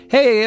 Hey